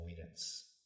avoidance